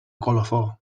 colofó